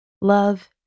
Love